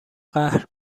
قهر